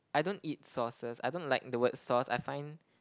I don't eat sauces I don't like the word sauce I find